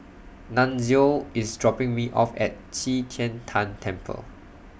Nunzio IS dropping Me off At Qi Tian Tan Temple